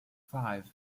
five